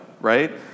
right